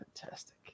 fantastic